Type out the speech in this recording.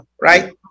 right